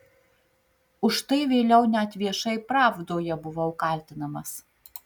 už tai vėliau net viešai pravdoje buvau kaltinamas